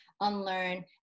unlearn